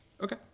Okay